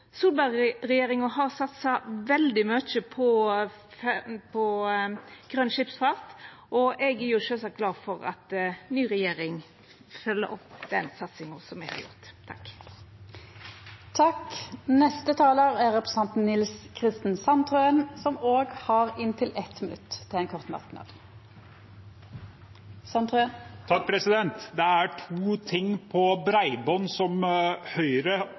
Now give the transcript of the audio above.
har satsa veldig mykje på grøn skipsfart, og eg er jo sjølvsagt glad for at ei ny regjering følgjer opp den satsinga me har gjort. Representanten Nils Kristen Sandtrøen har hatt ordet to gonger tidlegare og får ordet til ein kort merknad, avgrensa til 1 minutt. Det er to ting med bredbånd som